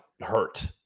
hurt